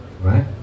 right